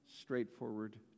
straightforward